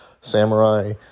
samurai